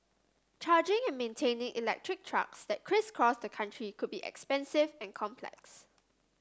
charging and maintaining electric trucks that crisscross the country could be expensive and complex